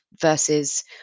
versus